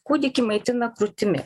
kūdikį maitina krūtimi